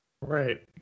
Right